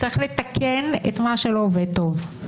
צריך לתקן את מה שלא עובד טוב.